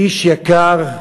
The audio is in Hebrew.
איש יקר,